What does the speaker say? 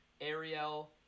Ariel